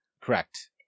Correct